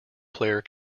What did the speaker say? player